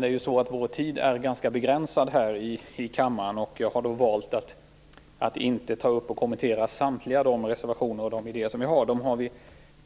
Det är ju så att vår tid här i kammaren är ganska begränsad, och jag har då valt att inte kommentera samtliga de reservationer och idéer som vi har. En del